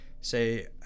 say